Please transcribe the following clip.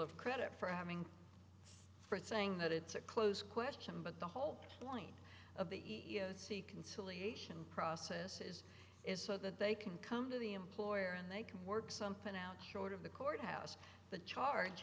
of credit for having for thing that it's a close question but the whole point of the e e o c conciliation process is is so that they can come to the employer and they can work something out short of the court house the charge